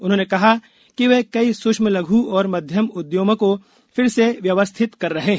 उन्होंने कहा कि वे कई सूक्ष्म लघु और मध्यम उद्यमों को फिर से व्यवस्थित कर रहे हैं